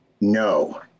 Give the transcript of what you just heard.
No